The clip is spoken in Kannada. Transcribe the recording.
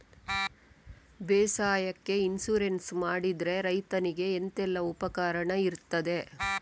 ಬೇಸಾಯಕ್ಕೆ ಇನ್ಸೂರೆನ್ಸ್ ಮಾಡಿದ್ರೆ ರೈತನಿಗೆ ಎಂತೆಲ್ಲ ಉಪಕಾರ ಇರ್ತದೆ?